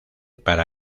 para